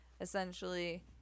essentially